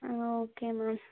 ah okay ma'am